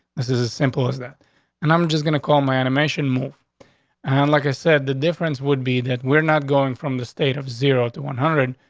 this is a simple is that and i'm just gonna call my animation move on. and like i said, the difference would be that we're not going from the state of zero to one hundred